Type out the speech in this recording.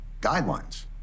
guidelines